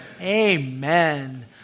amen